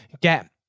get